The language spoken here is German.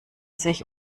sich